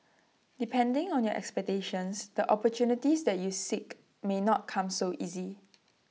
depending on your expectations the opportunities that you seek may not come so easy